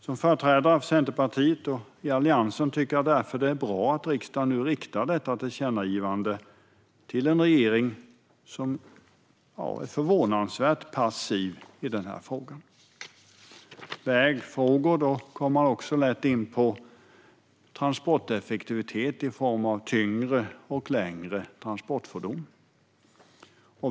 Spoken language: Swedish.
Som företrädare för Centerpartiet och Alliansen tycker jag därför att det är bra att riksdagen riktar detta tillkännagivande till en regering som är förvånansvärt passiv i frågan. När man talar om vägfrågor kommer man också lätt in på transporteffektivitet i form av tyngre och längre transportfordon.